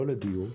לא לדיור,